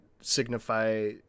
signify